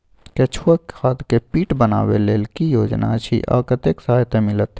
केचुआ खाद के पीट बनाबै लेल की योजना अछि आ कतेक सहायता मिलत?